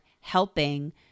helping